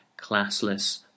classless